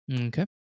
Okay